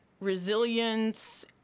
resilience